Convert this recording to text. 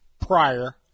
prior